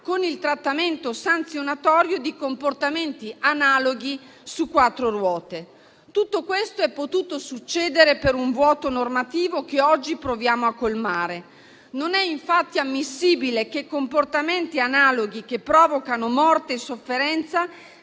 con il trattamento sanzionatorio di comportamenti analoghi su quattro ruote. Tutto questo è potuto succedere per un vuoto normativo che oggi proviamo a colmare. Non è infatti ammissibile che comportamenti analoghi, che provocano morte e sofferenza,